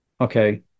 okay